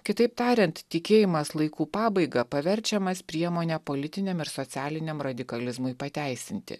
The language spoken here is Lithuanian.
kitaip tariant tikėjimas laikų pabaiga paverčiamas priemone politiniam ir socialiniam radikalizmui pateisinti